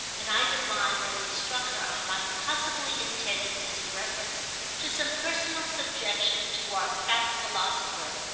and i divined that it struck her i might possibly intend it as a reference to some personal subjection to our fat philosopher,